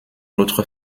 autre